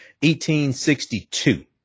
1862